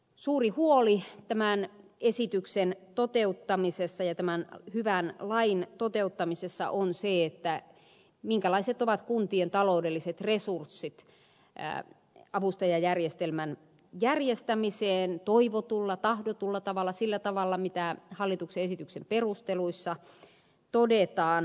suuri huoli tämän esityksen toteuttamisessa ja tämän hyvän lain toteuttamisessa on se minkälaiset ovat kuntien taloudelliset resurssit avustajajärjestelmän järjestämiseen toivotulla tahdotulla tavalla sillä tavalla mitä hallituksen esityksen perusteluissa todetaan